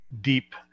deep